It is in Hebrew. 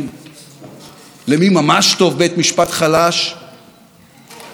לראש ממשלה שיודע שלפתחו של בית המשפט הזה תגיע